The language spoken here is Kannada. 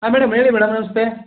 ಹಾಂ ಮೇಡಮ್ ಹೇಳಿ ಮೇಡಮ್ ನಮಸ್ತೆ